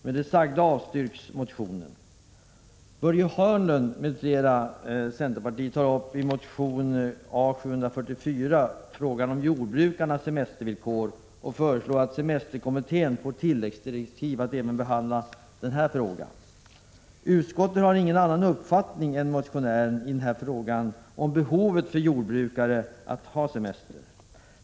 Med det sagda avstyrks motionen. Utskottet har ingen annan uppfattning än motionärerna om behovet för jordbrukare att ha semester.